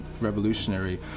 revolutionary